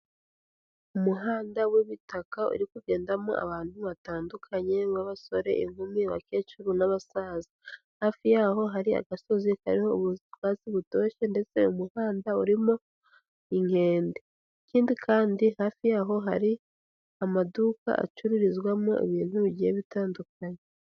Umuhanda w'ibitaka uri kugendamo abantu batandukanye b'ababasore, inkumi, abakecuru n'abasaza, hafi yaho hari agasozi kariho ubwatsi butoshwe ndetse umuhanda urimo inkende, ikindi kandi hafi yaho hari amaduka acururizwamo ibintu bigiye bitandukanye.